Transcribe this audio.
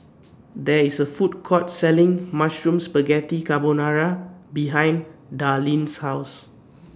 There IS A Food Court Selling Mushroom Spaghetti Carbonara behind Darline's House